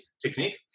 technique